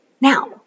Now